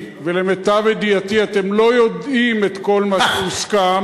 ולמיטב ידיעתי אתם לא יודעים את כל מה שהוסכם,